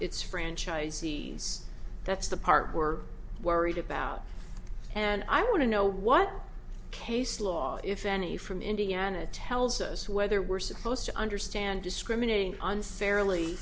its franchisees that's the part we're worried about and i want to know what case law if any from indiana tells us whether we're supposed to understand discriminating unfairly